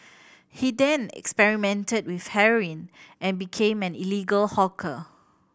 he then experimented with heroin and became an illegal hawker